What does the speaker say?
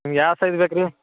ನಿಮ್ಗೆ ಯಾವ ಸೈಜ್ ಬೇಕು ರಿ